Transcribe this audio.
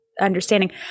understanding